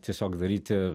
tiesiog daryti